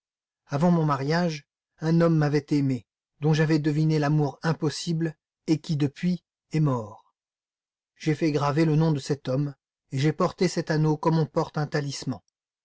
avant mon mariage un homme m'avait aimée dont j'avais deviné l'amour impossible et qui depuis est mort j'ai fait graver le nom de cet homme et j'ai porté cet anneau comme on porte un talisman